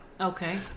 Okay